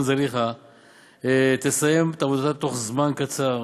זליכה תסיים את העבודה תוך זמן קצר,